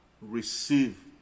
receive